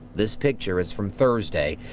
this picture is from thursday.